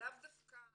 לאו דווקא --- מוטה,